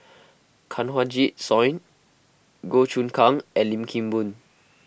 Kanwaljit Soin Goh Choon Kang and Lim Kim Boon